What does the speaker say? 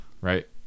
right